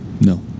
No